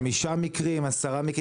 חמישה מקרים, עשרה מקרים.